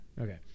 Okay